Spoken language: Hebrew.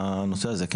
בנושא הזה כן.